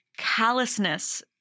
callousness